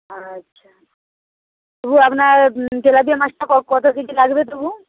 আচ্ছা তবু আপনার তেলাপিয়া মাছটা কত কেজি লাগবে তবু